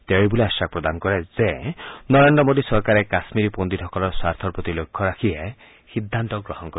তেওঁ এইবুলি আখাস প্ৰদান কৰে যে নৰেদ্ৰ মোডী চৰকাৰে কাশ্মীৰি পণ্ডিতসকলৰ স্বাৰ্থৰ প্ৰতি লক্ষ্য ৰাখিহে সিদ্ধান্ত গ্ৰহণ কৰিব